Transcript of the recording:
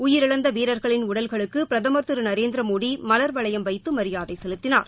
உயிரிழந்த வீரர்களின் உடல்களுக்கு பிரதமர் திரு நரேந்திரமோடி மலர்வளையம் வைத்து மரியாதை செலுத்தினார்